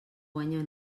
guanya